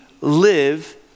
live